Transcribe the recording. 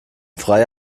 freie